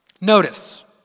Notice